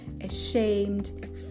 ashamed